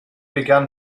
began